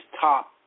top